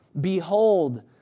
Behold